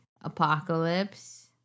apocalypse